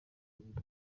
mubiri